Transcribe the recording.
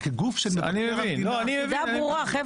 מכיוון שעלו בדיונים גם צנעת הפרט לגבי הליך רפואי,